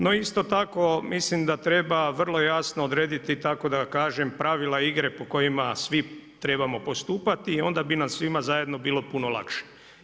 No isto tako mislim da treba vrlo jasno odrediti tako da kažem pravila igre po kojima svi trebamo postupati i onda bi nam svima zajedno bilo puno lakše.